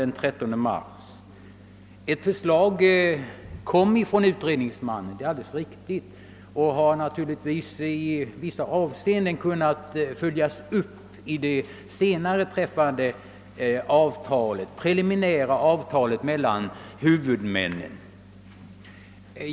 Det är alldeles riktigt att utredningsmannen, regeringsrådet Lidbeck, tidigare underställde dessa parter ett förslag och detta har kanske i vissa avseenden kunnat följas upp i det senare träffade preliminära avtalet mellan huvudmännen.